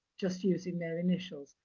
just using their initials.